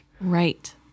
Right